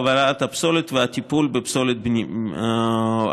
הובלת הפסולת והטיפול בפסולת הבנייה.